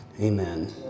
amen